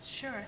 Sure